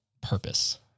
purpose